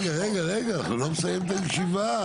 רגע, אנחנו עוד לא נסיים את הישיבה.